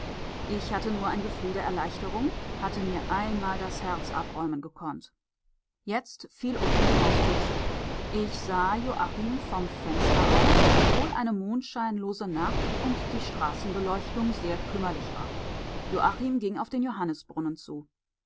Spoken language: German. ich hatte nur ein gefühl der erleichterung hatte mir einmal das herz abräumen gekonnt jetzt fiel unten die haustür zu ich sah joachim vom fenster aus obwohl eine mondscheinlose nacht und die straßenbeleuchtung sehr kümmerlich war joachim ging auf den johannisbrunnen zu